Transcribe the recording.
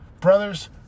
Brothers